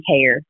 care